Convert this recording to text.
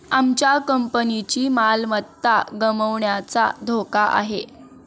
आमच्या कंपनीची मालमत्ता गमावण्याचा धोका आहे